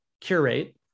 curate